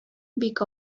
бик